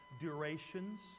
durations